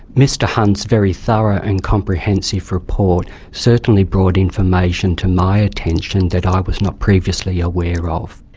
mr hunt's very thorough and comprehensive report certainly brought information to my attention that i was not previously aware of.